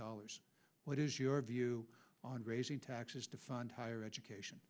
dollars what is your view on raising taxes to fund higher education